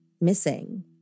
missing